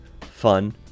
fun